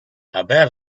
about